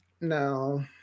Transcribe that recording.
No